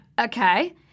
okay